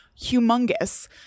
humongous